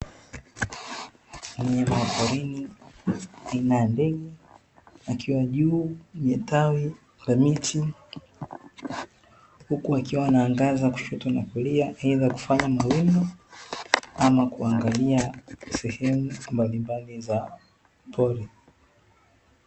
Mnyama wa porini aina ya ndege, akiwa juu ya tawi la miti, huku wakiwa wanaangaza kushoto na kulia aidha kufanya mawindo ama kuangalia sehemu mbalimbali za pori.